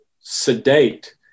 sedate